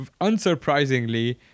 unsurprisingly